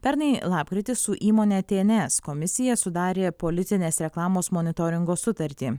pernai lapkritį su įmone tienes komisija sudarė politinės reklamos monitoringo sutartį